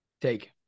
Take